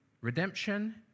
redemption